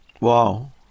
Wow